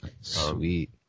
Sweet